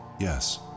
Yes